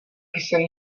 jsem